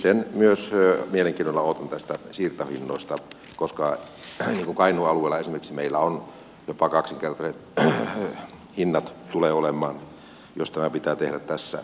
sitten myös mielenkiinnolla odotan näistä siirtohinnoista koska esimerkiksi kainuun alueella meillä jopa kaksinkertaiset hinnat tulevat olemaan jos tämä laki pitää tehdä tässä ehdottomassa muodossa